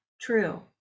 true